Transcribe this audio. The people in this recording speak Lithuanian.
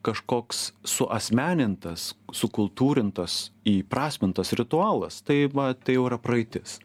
kažkoks suasmenintas sukultūrintas įprasmintas ritualas tai va tai jau yra praeitis